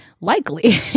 likely